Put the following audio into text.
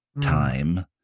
time